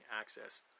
access